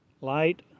light